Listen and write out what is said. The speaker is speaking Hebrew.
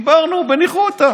דיברנו בניחותא